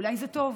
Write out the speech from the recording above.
אולי זה טוב.